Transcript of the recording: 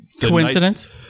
coincidence